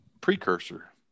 precursor